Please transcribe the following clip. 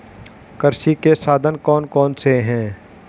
कृषि के साधन कौन कौन से हैं?